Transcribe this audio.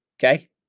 Okay